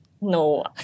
No